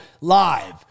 live